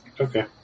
Okay